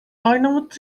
arnavut